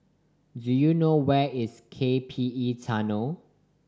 do you know where is K P E Tunnel